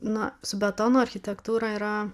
na su betono architektūra yra